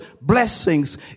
blessings